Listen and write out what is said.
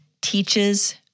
teaches